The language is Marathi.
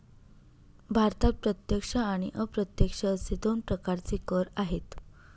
भारतात प्रत्यक्ष आणि अप्रत्यक्ष असे दोन प्रकारचे कर आहेत